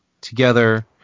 together